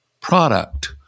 product